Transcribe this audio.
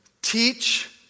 Teach